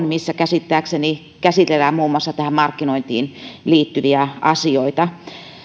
missä käsittääkseni käsitellään muun muassa tähän markkinointiin liittyviä asioita valmistelu on